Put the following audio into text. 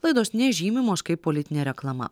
laidos nežymimos kaip politinė reklama